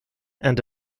and